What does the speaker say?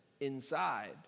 inside